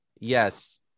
yes